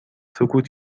سکوت